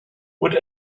would